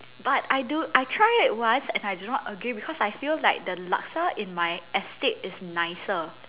but I do I tried it once and I do not agree because I feel like the laksa in my estate is nicer